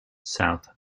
south